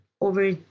over